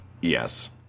Yes